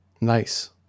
Nice